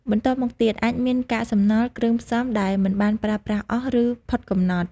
បន្ទាប់មកទៀត អាចមាន កាកសំណល់ គ្រឿងផ្សំដែលមិនបានប្រើប្រាស់អស់ ឬផុតកំណត់។